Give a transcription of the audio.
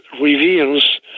reveals